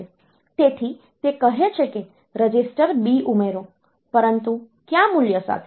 તેથી તે કહે છે કે રજિસ્ટર B ઉમેરો પરંતુ કયા મૂલ્ય સાથે